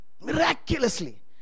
Miraculously